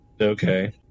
Okay